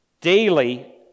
daily